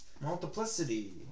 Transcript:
Multiplicity